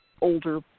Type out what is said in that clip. older